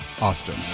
Austin